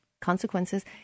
consequences